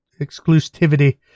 exclusivity